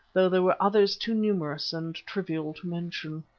though there were others too numerous and trivial to mention.